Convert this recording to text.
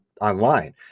online